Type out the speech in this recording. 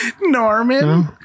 Norman